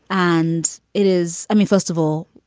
and it is. i mean, first of all,